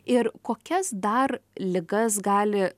ir kokias dar ligas gali